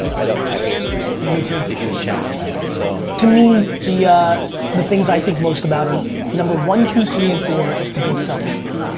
i i hate to read. yeah, me too. it's a huge challenge for me. so to me, the ah the things i think most about are and number one, two, three and four is to build self-esteem.